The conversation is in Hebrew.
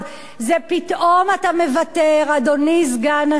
זה פתאום אתה מוותר, אדוני סגן השר,